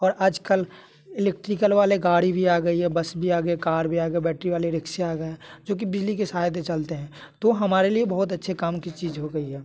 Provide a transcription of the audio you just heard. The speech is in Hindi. और आज कल इलेक्ट्रिकल वाले गाड़ी भी आ गई है बस भी आ गई है कार भी आ गई है बैटरी वाली रिक्शे आ गए जो कि बिजली के सहायता से चलते हैं तो हमारे लिए बहुत अच्छे काम की चीज हो गई है